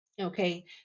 okay